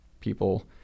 people